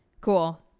Cool